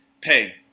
pay